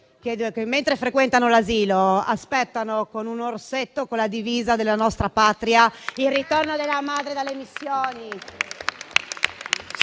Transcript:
mentre frequentano l'asilo, aspettano con un orsetto con la divisa della nostra Patria il ritorno della madre dalle missioni.